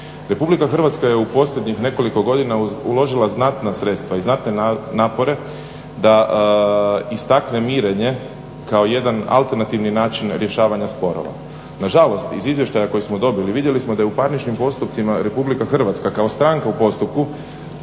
Republika Hrvatska je u posljednjih nekoliko godina uložila znatna sredstva i znatne napore da istakne mirenje kao jedan alternativni način rješavanja sporova. Nažalost, iz izvještaja koji smo dobili vidjeli smo da je u parničnim postupcima Republika Hrvatska kao stranka u postupku